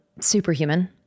superhuman